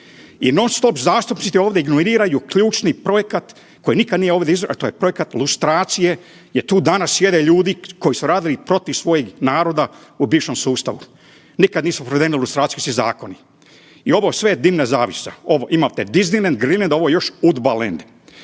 i non-stop zastupnici ovdje ignoriraju ključni projekat koji nikad nije ovdje .../Govornik se ne razumije./... a to je projekat lustracije jer tu danas sjede ljudi koji su radili protiv svojih naroda u bivšem sustavu. Nikad nisu .../Govornik se ne razumije./... lustraciju svi zakoni. I ovo sve je dimna zavjesa. Ovo, imate Disneyland, .../Govornik se ne